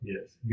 Yes